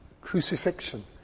Crucifixion